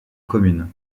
commune